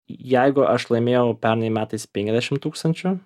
jeigu aš laimėjau pernai metais penkiasdešim tūkstančių